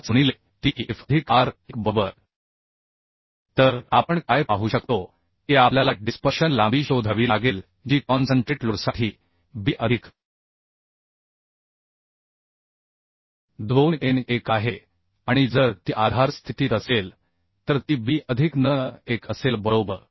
5 गुणिले T f अधिक r 1 बरोबर तर आपण काय पाहू शकतो की आपल्याला डिस्पर्शन लांबी शोधावी लागेल जी कॉन्सन्ट्रेट लोडसाठी b अधिक 2 n 1 आहे आणि जर ती आधार स्थितीत असेल तर ती b अधिक n 1 असेल बरोबर